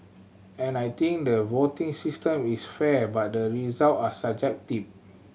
and I think the voting system is fair but the result are subjective